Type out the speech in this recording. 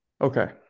Okay